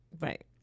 Right